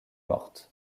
morte